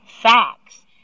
facts